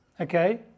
okay